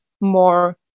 more